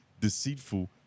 deceitful